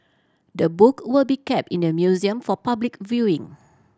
the book will be kept in the museum for public viewing